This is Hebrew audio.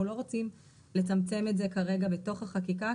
אבל אנחנו לא רוצים לצמצם את זה כרגע בתוך החקיקה,